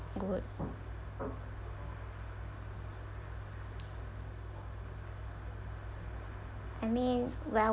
good I mean well